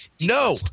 no